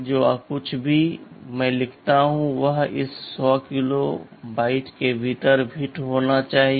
जो कुछ भी मैं लिखता हूं वह इस 100 किलोबाइट के भीतर फिट होना चाहिए